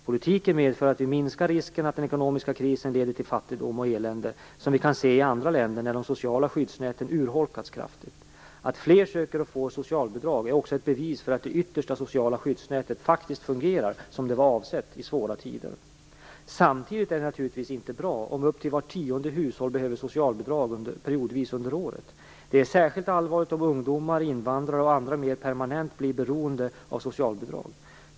Politiken medför att vi minskar risken att den ekonomiska krisen leder till den fattigdom och det elände som vi kan se i andra länder när de sociala skyddsnäten urholkas kraftigt. Att fler söker och får socialbidrag är också ett bevis för att det yttersta sociala skyddsnätet faktiskt fungerar som det var avsett i svåra tider. Samtidigt är det naturligtvis inte bra om upp till vart tionde hushåll behöver socialbidrag periodvis under året. Det är särskilt allvarligt om ungdomar, invandrare och andra mer permanent blir beroende av socialbidrag.